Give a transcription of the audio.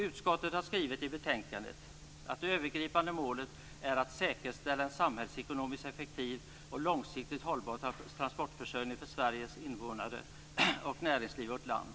Utskottet har skrivit i betänkandet att det övergripande målet är att säkerställa en samhällsekonomiskt effektiv och långsiktigt hållbar transportförsörjning för Sveriges invånare och näringslivet i vårt land.